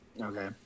okay